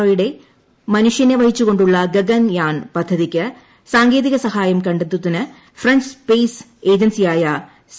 O യുടെ മനുഷ്യനെ വഹിച്ചുകൊണ്ടുള്ള ഗഗൻയാൻ പദ്ധതിയ്ക്ക് സാങ്കേതിക സഹായം കണ്ടെത്തുന്നതിന് ഫ്രഞ്ച് സ്പെയ്സ് ഏജൻസിയായ സി